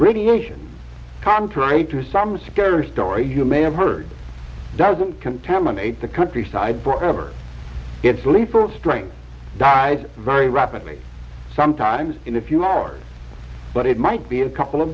radiation contrary to some scary stories you may have heard doesn't contaminate the countryside for ever get sleep or strength died very rapidly sometimes in a few hours but it might be a couple of